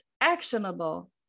actionable